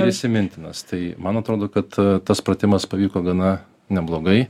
ir įsimintinas tai man atrodo kad tas pratimas pavyko gana neblogai